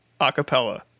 acapella